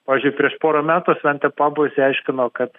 pavyzdžiui prieš porą metų sventė pabo išsiaiškino kad